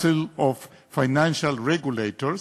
Council of Financial Regulators,